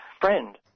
friend